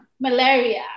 malaria